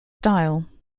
style